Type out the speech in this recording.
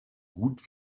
gut